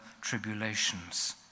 tribulations